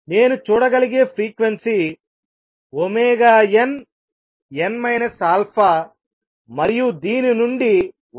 నేను చూడగలిగే frequency nn α మరియు దీని నుండి ఒకటి n α